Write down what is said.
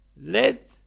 Let